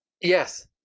Yes